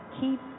keep